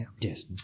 Yes